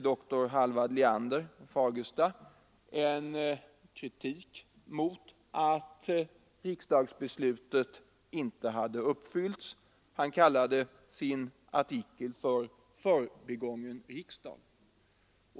dr Halvard Liander i Fagersta kritik mot att riksdagsbeslutet inte hade uppfyllts. Han kallade sin artikel för ”Förbigången riksdag”.